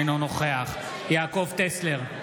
אינו נוכח יעקב טסלר,